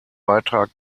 beitrag